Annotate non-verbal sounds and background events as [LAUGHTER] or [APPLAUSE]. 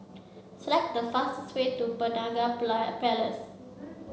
select the fastest way to Penaga [UNINTELLIGIBLE] Place